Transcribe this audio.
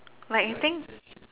like I think